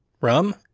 Rum